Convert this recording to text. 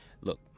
Look